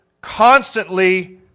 constantly